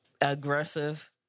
aggressive